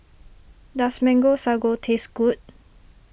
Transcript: does Mango Sago taste good